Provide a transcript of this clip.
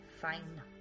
Fine